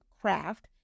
craft